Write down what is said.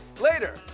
later